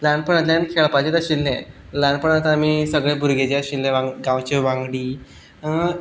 ल्हानपणांतल्यान खेळपाचेंच आशिल्लें ल्हानपणांत आमी सगले भुरगे जे आशिल्ले गांवचे वांगडी